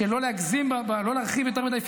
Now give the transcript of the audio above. של לא להרחיב יותר מדי,